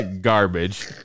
Garbage